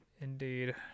Indeed